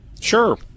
Sure